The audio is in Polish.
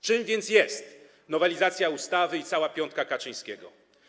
Czym więc jest nowelizacja ustawy i cała piątka Kaczyńskiego?